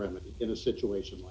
remedy in a situation